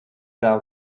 thou